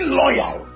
loyal